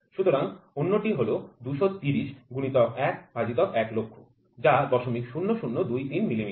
সুতরাং অন্যটি হল ২৩০ গুণিতক ১ ভাগ ১০০০০০ যা ০০০২৩ মিলিমিটার